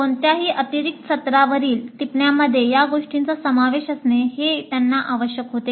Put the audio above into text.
कोणत्याही अतिरिक्त सत्रावरील टिप्पण्यांमध्ये या गोष्टींचा समावेश असणे हे त्यांना आवश्यक होते का